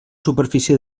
superfície